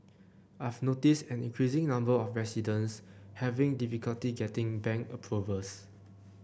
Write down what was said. I've noticed an increasing number of residents having difficulty getting bank approvals